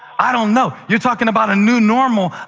i don't know. you're talking about a new normal.